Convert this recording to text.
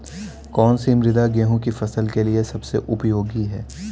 कौन सी मृदा गेहूँ की फसल के लिए सबसे उपयोगी है?